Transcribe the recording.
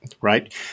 Right